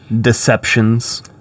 deceptions